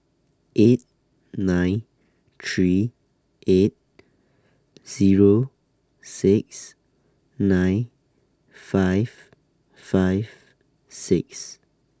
eight nine three eight Zero six nine five five six